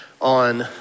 on